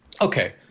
Okay